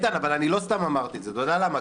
איתן, אבל לא סתם אמרתי את זה, אתה יודע למה?